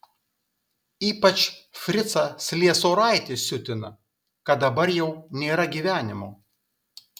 ypač fricą sliesoraitį siutina kad dabar jau nėra gyvenimo